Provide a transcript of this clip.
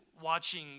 watching